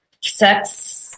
sex